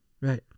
Right